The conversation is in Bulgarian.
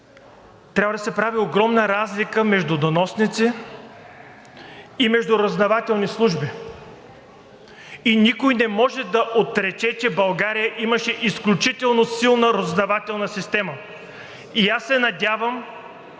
трябва да се прави огромна разлика между доносници и между разузнавателни служби. Никой не може да отрече, че България имаше изключително силна разузнавателна система, и аз се надявам